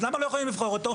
אז למה לא יכולים לבחור אותו?